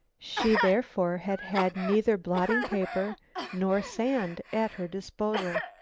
she therefore had had neither blotting paper nor sand at her disposal.